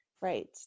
right